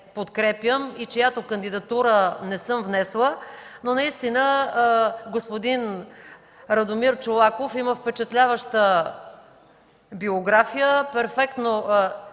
и чиято кандидатура не съм внесла, но наистина господин Радомир Чолаков има впечатляваща биография, перфектно